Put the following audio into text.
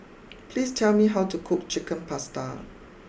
please tell me how to cook Chicken Pasta